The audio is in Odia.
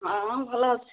ହଁ ଭଲ ଅଛି